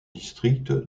district